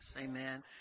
amen